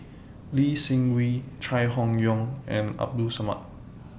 Lee Seng Wee Chai Hon Yoong and Abdul Samad